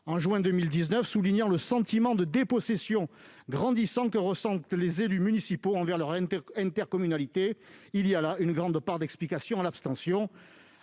de juin 2019 soulignant le sentiment de dépossession grandissant que ressentent les élus municipaux envers leur intercommunalité. Il y a là une grande part d'explication à l'abstention.